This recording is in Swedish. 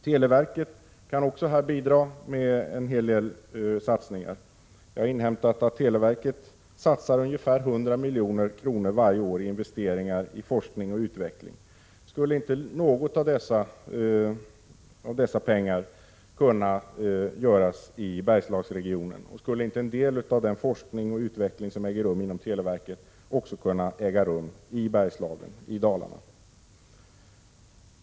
Televerket kan också bidra med en hel del satsningar. Jag har inhämtat att televerket satsar ungefär 100 milj.kr. varje år i investeringar i forskning och utveckling. Skulle inte någon av dessa investeringar kunna göras i Bergslagsregionen? Skulle inte en del av denna forskning och utveckling som äger rum inom televerket kunna äga rum i Bergslagen, i Dalarna?